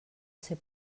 ser